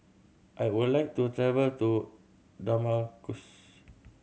I would like to travel to Damascus